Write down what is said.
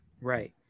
Right